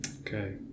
Okay